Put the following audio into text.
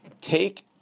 take